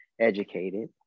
educated